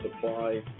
supply